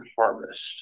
harvest